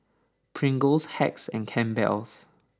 Pringles Hacks and Campbell's